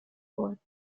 wollen